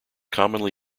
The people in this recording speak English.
commonly